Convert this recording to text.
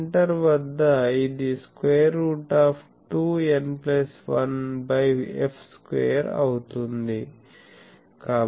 centre వద్ద ఇది √2n1f2 అవుతుంది